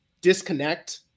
disconnect